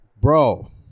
bro